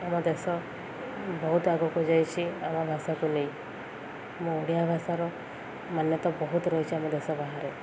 ଆମ ଦେଶ ବହୁତ ଆଗକୁ ଯାଇଛି ଆମ ଭାଷାକୁ ନେଇ ମୁଁ ଓଡ଼ିଆ ଭାଷାର ମାନ୍ୟତା ବହୁତ ରହିଛି ଆମ ଦେଶ ବାହାରେ